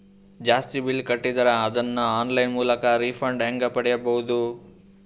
ಜಾಸ್ತಿ ಬಿಲ್ ಕಟ್ಟಿದರ ಅದನ್ನ ಆನ್ಲೈನ್ ಮೂಲಕ ರಿಫಂಡ ಹೆಂಗ್ ಪಡಿಬಹುದು?